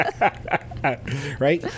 right